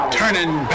turning